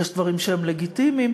יש דברים שהם לגיטימיים.